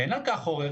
אין על כך עוררין.